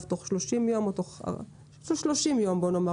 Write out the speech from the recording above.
בסוף יש לי את המאגר לקוחות שקונים אצלי ואני יודעת מיהם